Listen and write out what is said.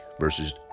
versus